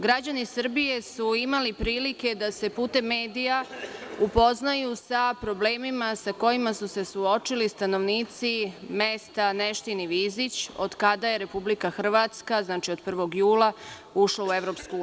Građani Srbije su imali prilike da se putem medija upoznaju sa problemima sa kojima su se suočili stanovnici mesta Neštin iVizić od kada je Republika Hrvatska, znači od 1. jula, ušla u EU.